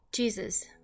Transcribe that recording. Jesus